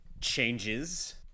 changes